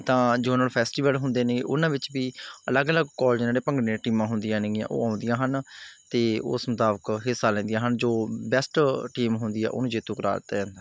ਤਾਂ zonal festival ਹੁੰਦੇ ਨੇ ਉਹਨਾਂ ਵਿੱਚ ਵੀ ਅਲੱਗ ਅਲੱਗ ਕਾਲਜਾਂ ਦੇ ਜਿਹੜੇ ਭੰਗੜੇ ਦੀਆਂ ਟੀਮਾਂ ਹੁੰਦੀਆਂ ਨੇਗੀਆਂ ਉਹ ਆਉਂਦੀਆਂ ਹਨ ਅਤੇ ਉਸ ਮੁਤਾਬਿਕ ਹਿੱਸਾ ਲੈਂਦੀਆਂ ਹਨ ਜੋ ਬੈਸਟ ਟੀਮ ਹੁੰਦੀ ਆ ਉਹਨੂੰ ਜੇਤੂ ਕਰਾਰ ਦਿੱਤਾ ਜਾਂਦਾ ਹੈ